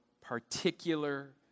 particular